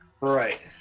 Right